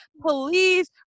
please